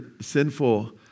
sinful